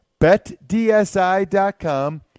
BetDSI.com